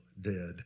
dead